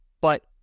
But-